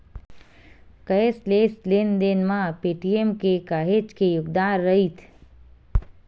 cashless लेन देन म पेटीएम के काहेच के योगदान रईथ